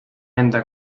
enda